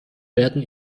werden